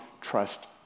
trust